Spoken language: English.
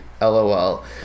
lol